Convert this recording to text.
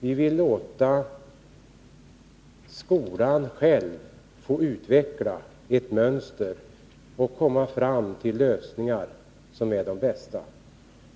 Vi vill låta skolan själv utveckla ett mönster och låta den komma fram till en bästa lösningen.